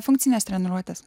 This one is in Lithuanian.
funkcines treniruotes